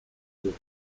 dut